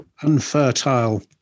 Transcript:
unfertile